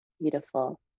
beautiful